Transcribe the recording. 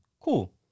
cool